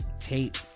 tape